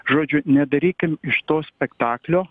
žodžiu nedarykim iš to spektaklio